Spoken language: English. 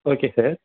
okay sir